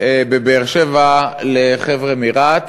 בבאר-שבע לחבר'ה מרהט.